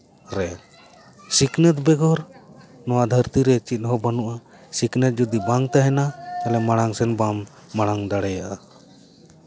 ᱨᱮ ᱥᱤᱠᱷᱱᱟᱹᱛ ᱵᱮᱜᱚᱨ ᱱᱚᱶᱟ ᱫᱷᱟᱹᱨᱛᱤ ᱨᱮ ᱪᱮᱫ ᱦᱚᱸ ᱵᱟᱹᱱᱩᱜᱼᱟ ᱥᱤᱠᱷᱱᱟᱹᱛ ᱡᱩᱫᱤ ᱵᱟᱝ ᱛᱟᱦᱮᱸᱱᱟ ᱛᱟᱦᱞᱮ ᱢᱟᱲᱟᱝ ᱥᱮᱱ ᱵᱟᱢ ᱢᱟᱲᱟᱝ ᱫᱟᱲᱮᱭᱟᱜᱼᱟ